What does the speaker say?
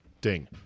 Ding